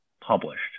published